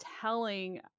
telling